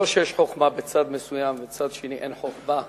לא שיש חוכמה בצד מסוים ובצד שני אין חוכמה,